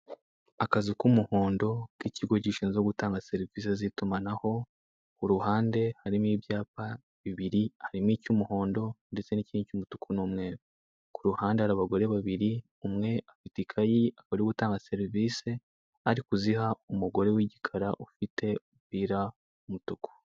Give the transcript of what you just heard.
Akazu k'umuhondo k'ikigo gishinzwe gutanga serivise z'itumanaho, ku ruhande harimo ibyapa bibiri, harimo icy'umuhondo ndetse n'ikindi cy'umutuku n'umweru, ku ruhunde hari abagore babiri, umwe afite ikayi akaba ari gutanga serivise, ari kuziha umugore w'igikara ufite umupira w'umutuku.